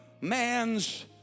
man's